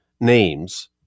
names